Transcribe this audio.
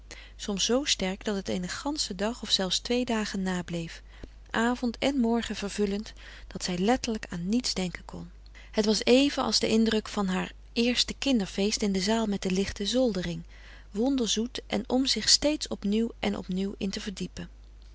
soms zoo sterk dat het eenen ganschen dag of zelfs twee dagen nableef avond en morgen vervullend dat zij letterlijk aan niets denken kon het was even als de indruk van haar eerste kinderfrederik van eeden van de koele meren des doods feest in de zaal met de lichte zoldering wonder zoet en om zich steeds op nieuw en op nieuw in te verdiepen